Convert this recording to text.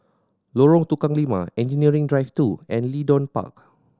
Lorong Tukang Lima Engineering Drive Two and Leedon Park